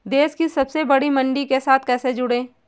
देश की सबसे बड़ी मंडी के साथ कैसे जुड़ें?